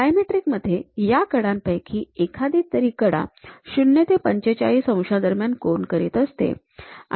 dimetric मध्ये या कडांपैकी एखादी तरी कडा ० ते ४५ अंशदरम्यान कोन करीत असते